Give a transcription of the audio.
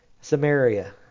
Samaria